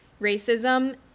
racism